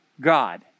God